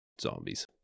zombies